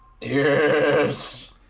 Yes